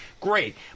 great